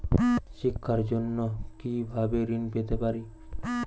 শিক্ষার জন্য কি ভাবে ঋণ পেতে পারি?